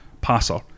passer